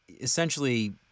essentially